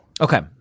Okay